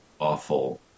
awful